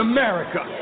America